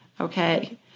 Okay